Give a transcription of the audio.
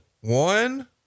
one